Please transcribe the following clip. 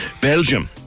Belgium